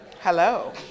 hello